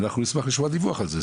אנחנו נשמח לשמוע דיווח על זה,